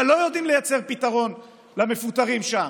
ולא יודעים לייצר פתרון למפוטרים שם,